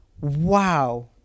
Wow